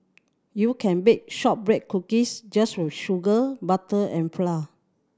you can bake shortbread cookies just with sugar butter and flour